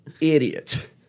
idiot